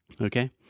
okay